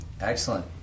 Excellent